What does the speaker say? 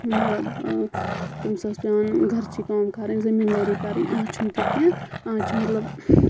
مطلب تٔمِس ٲس پیٚوان گَرٕچی کٲم کَرٕنۍ زٔمیٖندٲری کَرٕنۍ آز چھُنہٕ تہِ کینٛہہ آز چھِ مطلب